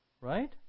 right